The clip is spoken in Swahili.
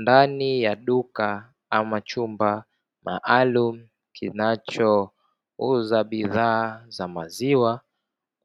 Ndani ya duka ama chumba maalumu kinacho uza bidhaa za maziwa.